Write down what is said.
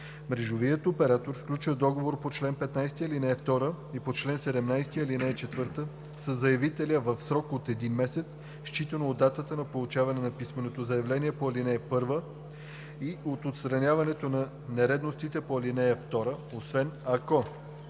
Мрежовият оператор сключва договор по чл. 15, ал. 2 или по чл. 17, ал. 4 със заявителя в срок от един месец считано от датата на получаване на писменото заявление по ал. 1 или от отстраняването на нередовностите по ал. 2, освен ако: